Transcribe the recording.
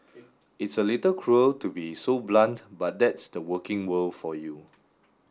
it's a little cruel to be so blunt but that's the working world for you